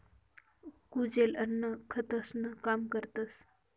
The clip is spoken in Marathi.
कुजेल अन्न खतंसनं काम करतस